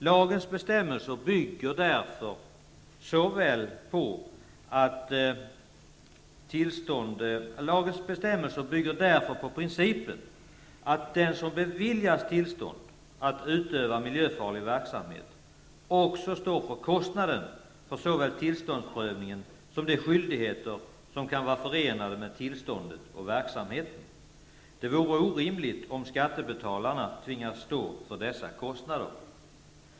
Lagens bestämmelser bygger därför på principen att den som beviljas tillstånd att utöva miljöfarlig verksamhet också står för kostnaderna för såväl tillståndsprövningen som de skyldigheter som kan vara förenade med tillståndet och verksamheten. Det vore orimligt om skattebetalarna tvingades stå för dessa kostnader.